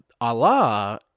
Allah